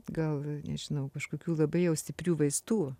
gal nežinau kažkokių labai jau stiprių vaistų